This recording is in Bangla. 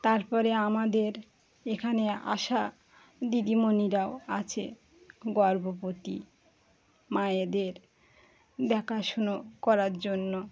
তারপরে আমাদের এখানে আসা দিদিমণিরাও আছে গর্ভবতী মায়েদের দেখাশোনা করার জন্য